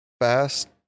fast